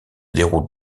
déroule